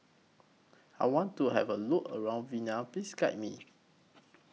I want to Have A Look around Vienna Please Guide Me